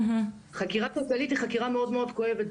חקירה כלכלית היא חקירה מאוד מאוד כואבת,